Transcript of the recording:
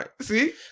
see